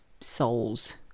souls